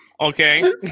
okay